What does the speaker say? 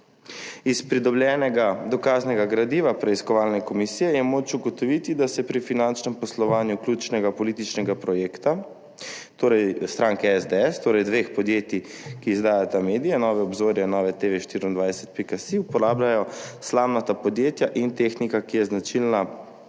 Iz pridobljenega dokaznega gradiva preiskovalne komisije je moč ugotoviti, da se pri finančnem poslovanju ključnega političnega projekta stranke SDS, torej dveh podjetij, ki izdajata medije, Nova obzorja in NoveTV24.si, uporabljajo slamnata podjetja in tehnika, ki je značilna